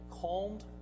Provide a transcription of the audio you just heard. calmed